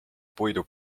puidu